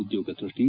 ಉದ್ಯೋಗ ಸೃಷ್ಟಿ